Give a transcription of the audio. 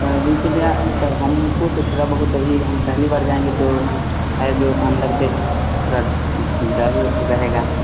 भैया तो हमको तो थोड़ा बहुत अभी पहली बार जाएँगे तो है जो अंदर से थोड़ा डर रहेगा